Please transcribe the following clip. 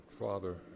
father